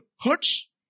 hurts